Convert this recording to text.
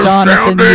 Jonathan